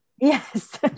Yes